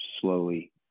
slowly